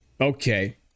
Okay